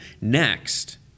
next